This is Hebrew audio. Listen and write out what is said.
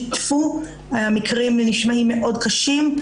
המקרים נשמעים מאוד קשים.